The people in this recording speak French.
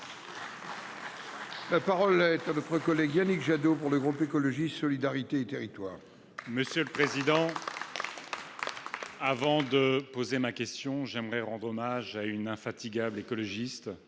La parole est à M. Yannick Jadot, pour le groupe Écologiste – Solidarité et Territoires. Monsieur le président, avant de poser ma question, je tiens à rendre hommage à une infatigable écologiste,